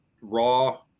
raw